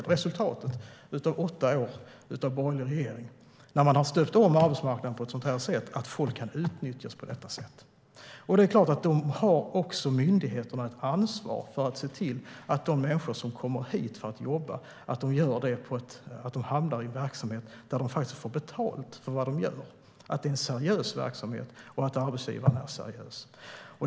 Resultatet av åtta år med borgerlig regering är att arbetsmarknaden har stöpts om så att folk kan utnyttjas på detta sätt. Myndigheterna har ett ansvar för att de människor som kommer hit för att jobba hamnar i en verksamhet där de får betalt för det de gör. Myndigheterna har ett ansvar för att det är en seriös verksamhet och att arbetsgivaren är seriös.